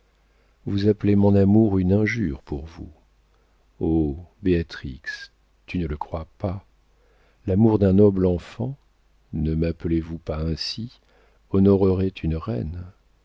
vous appelez mon amour une injure pour vous oh béatrix tu ne le crois pas l'amour d'un noble enfant ne m'appelez-vous pas ainsi honorerait une reine